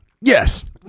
Yes